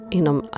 inom